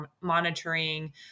monitoring